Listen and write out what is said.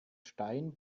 stein